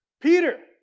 Peter